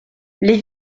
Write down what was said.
les